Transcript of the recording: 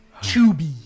Chubby